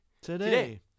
today